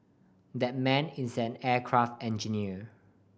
that man is an aircraft engineer